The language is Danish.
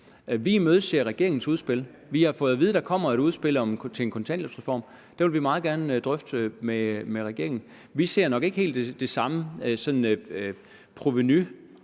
Vi imødeser regeringens udspil. Vi har fået at vide, at der kommer et udspil til en kontanthjælpsreform. Det vil vi meget gerne drøfte med regeringen. Vi ser nok ikke helt den samme provenumulighed